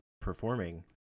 performing